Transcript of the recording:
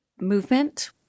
movement